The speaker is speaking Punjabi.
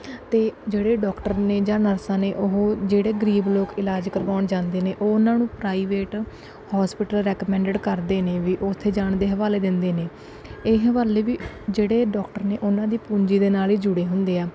ਅਤੇ ਜਿਹੜੇ ਡਾਕਟਰ ਨੇ ਜਾਂ ਨਰਸਾਂ ਨੇ ਉਹ ਜਿਹੜੇ ਗਰੀਬ ਲੋਕ ਇਲਾਜ ਕਰਵਾਉਣ ਜਾਂਦੇ ਨੇ ਉਹਨਾਂ ਨੂੰ ਪ੍ਰਾਈਵੇਟ ਹੋਸਪਿਟਲ ਰੈਕਮੈਂਡਡ ਕਰਦੇ ਨੇ ਵੀ ਉੱਥੇ ਜਾਣ ਦੇ ਹਵਾਲੇ ਦਿੰਦੇ ਨੇ ਇਹ ਹਵਾਲੇ ਵੀ ਜਿਹੜੇ ਡਾਕਟਰ ਨੇ ਉਹਨਾਂ ਦੀ ਪੂੰਜੀ ਦੇ ਨਾਲ ਹੀ ਜੁੜੇ ਹੁੰਦੇ ਆ